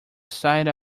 side